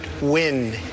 win